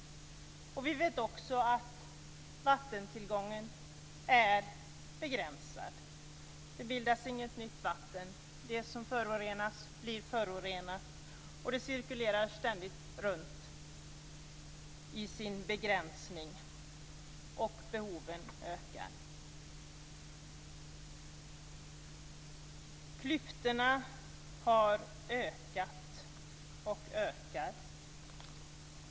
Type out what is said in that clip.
Vi vet också att vattentillgången är begränsad. Det bildas inget nytt vatten. Det som förorenats förblir förorenat, och det cirkulerar ständigt runt i sin begränsning, och behoven ökar. Klyftorna har ökat och ökar.